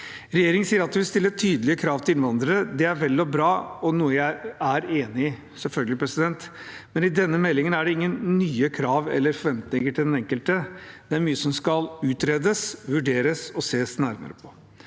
Regjeringen sier at den vil stille tydelige krav til innvandrere. Det er vel og bra, og noe jeg selvfølgelig er enig i, men i denne meldingen er det ingen nye krav eller forventninger til den enkelte. Det er mye som skal utredes, vurderes og ses nærmere på.